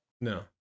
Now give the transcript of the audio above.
No